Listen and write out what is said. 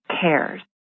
cares